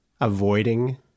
avoiding